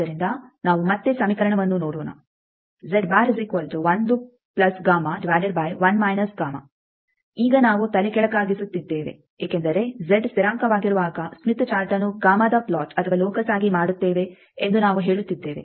ಆದ್ದರಿಂದ ನಾವು ಮತ್ತೆ ಸಮೀಕರಣವನ್ನು ನೋಡೋಣ ಈಗ ನಾವು ತಲೆಕೆಳಗಾಗಿಸುತ್ತಿದ್ದೇವೆ ಏಕೆಂದರೆ ಜೆಡ್ ಸ್ಥಿರಾಂಕವಾಗಿರುವಾಗ ಸ್ಮಿತ್ ಚಾರ್ಟ್ಅನ್ನು ಗಾಮಾದ ಪ್ಲಾಟ್ ಅಥವಾ ಲೋಕಸ್ಆಗಿ ಮಾಡುತ್ತೇವೆ ಎಂದು ನಾವು ಹೇಳುತ್ತಿದ್ದೇವೆ